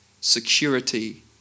security